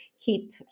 keep